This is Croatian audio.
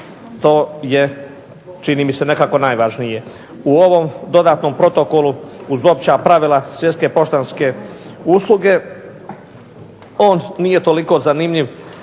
to je čini mi se nekako najvažnije. U ovom dodatnom protokolu uz opća pravila Svjetske poštanske usluge on nije toliko zanimljiv